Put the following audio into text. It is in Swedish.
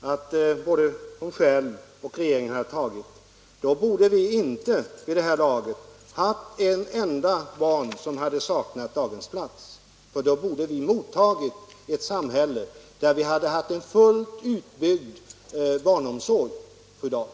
att både hon själv och den förra regeringen tagit borde vid det här laget inte ett enda barn sakna daghemsplats. Då borde vi övertagit ett samhälle med fullt utbyggd barnomsorg, fru Dahl.